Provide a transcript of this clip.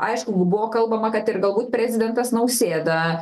aišku bu buvo kalbama kad ir galbūt prezidentas nausėda